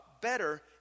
better